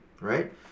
right